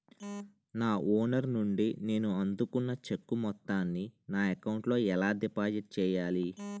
నా ఓనర్ నుండి నేను అందుకున్న చెక్కు మొత్తాన్ని నా అకౌంట్ లోఎలా డిపాజిట్ చేయాలి?